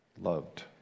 loved